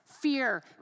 fear